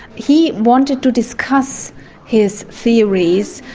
he wanted to discuss his theories,